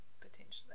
potentially